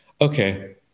Okay